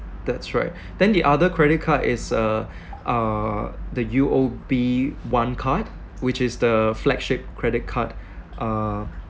that's right then the other credit card is uh uh the U_O_B one card which is the flagship credit card uh